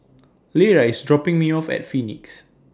Lera IS dropping Me off At Phoenix